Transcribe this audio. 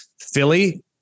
Philly